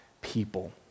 people